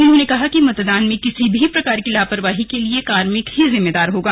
उन्होंने कहा कि मतदान में किसी भी प्रकार की लापरवाही के लिए कार्मिक ही जिम्मेदार होगा